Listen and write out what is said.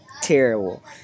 terrible